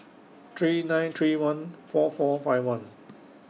three nine three one four four five one